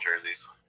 jerseys